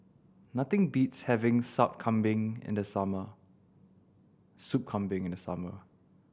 nothing beats having Sup Kambing in the summer Soup Kambing in the summer